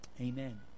Amen